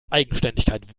eigenständigkeit